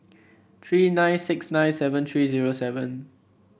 three nine six nine seven three zero seven